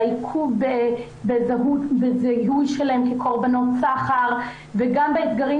היה עיכוב בזיהוי שלהן כקורבנות סחר וגם באתגרים